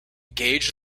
gauge